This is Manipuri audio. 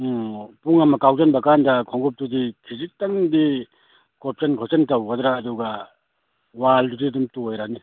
ꯎꯝ ꯄꯨꯡ ꯑꯃ ꯀꯥꯎꯁꯤꯟꯕ ꯀꯥꯟꯗ ꯈꯣꯡꯎꯞꯇꯨꯗꯤ ꯈꯤꯖꯤꯛꯇꯪꯗꯤ ꯀꯣꯞꯁꯤꯟ ꯈꯣꯆꯤꯟ ꯇꯧꯒꯗ꯭ꯔꯥ ꯑꯗꯨꯒ ꯋꯥꯜꯗꯨꯗꯤ ꯑꯗꯨꯝ ꯇꯣꯏꯔꯅꯤ